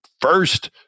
first